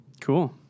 Cool